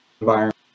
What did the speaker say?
environment